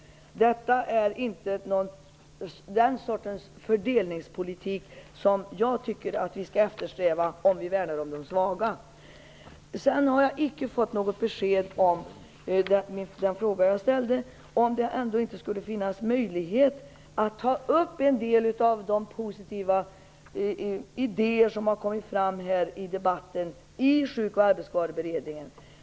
Det är inte den sortens fördelningspolitik som jag tycker att vi skall eftersträva om vi värnar om de svaga. Sedan har jag icke fått något besked på den fråga jag ställde om det ändå inte skulle finnas möjlighet att i Sjuk och arbetsskadeberedningen ta upp en del av de positiva idéer som har kommit fram här i debatten.